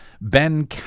Ben